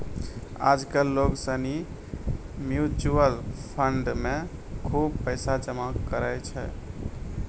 आज कल लोग सनी म्यूचुअल फंड मे खुब पैसा जमा करै छै